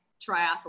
triathlon